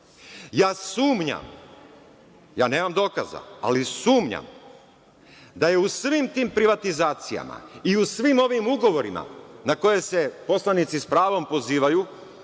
Ja sumnjam, ja nemam dokaza, ali sumnjam da je u svim tim privatizacijama i u svim ovim ugovorima na koje se poslanici sa pravom pozivaju